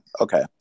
Okay